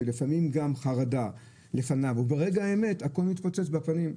לפעמים גם חרדה לפניו וברגע האמת הכול מתפוצץ בפנים,